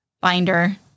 binder